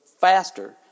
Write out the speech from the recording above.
faster